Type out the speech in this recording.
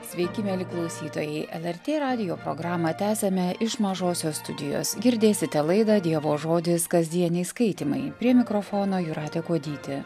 sveiki mieli klausytojai el er tė radijo programą tęsiame iš mažosios studijos girdėsite laidą dievo žodis kasdieniai skaitymai prie mikrofono jūratė kuodytė